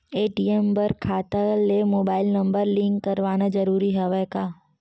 ATM बर खाता ले मुबाइल नम्बर लिंक करवाना ज़रूरी हवय का?